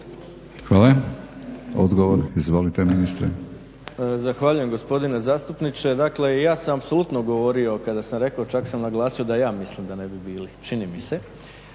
Hvala. Odgovor, izvolite ministre.